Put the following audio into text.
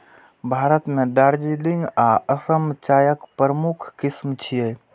भारत मे दार्जिलिंग आ असम चायक प्रमुख किस्म छियै